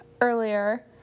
earlier